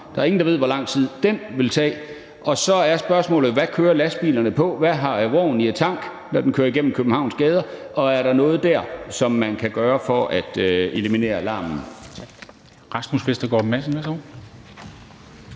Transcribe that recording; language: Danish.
der er ingen, der ved, hvor lang tid det vil tage. Og så er spørgsmålet, hvad lastbilerne kører på, altså hvad vognen har i tanken, når den kører igennem Københavns gader, og om der dér er noget, som man kan gøre for at eliminere larmen.